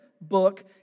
book